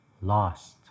lost